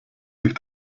sich